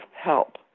help